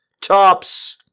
Tops